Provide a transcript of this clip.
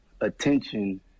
attention